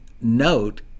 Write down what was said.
note